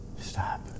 Stop